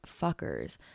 fuckers